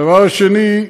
הדבר השני,